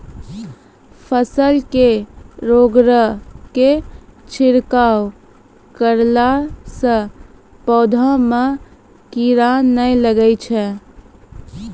फसल मे रोगऽर के छिड़काव करला से पौधा मे कीड़ा नैय लागै छै?